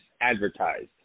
advertised